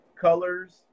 colors